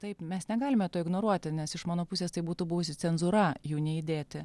taip mes negalime to ignoruoti nes iš mano pusės tai būtų buvusi cenzūra jų neįdėti